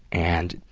and,